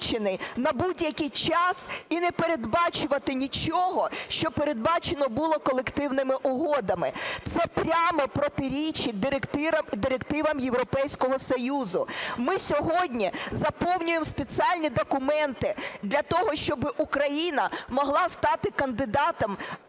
на будь-який час і не передбачувати нічого, що передбачено було колективними угодами. Це прямо протирічить директивам Європейського Союзу. Ми сьогодні заповнюємо спеціальні документи для того, щоб України могла стати кандидатом